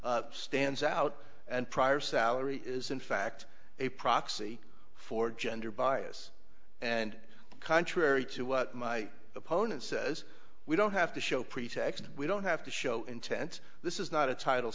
discrimination stands out and prior salary is in fact a proxy for gender bias and contrary to what my opponent says we don't have to show pretext we don't have to show intent this is not a title